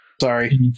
Sorry